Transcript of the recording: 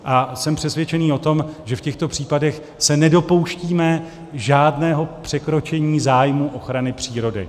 A jsem přesvědčený o tom, že v těchto případech se nedopouštíme žádného překročení zájmu ochrany přírody.